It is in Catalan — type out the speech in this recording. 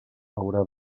haurà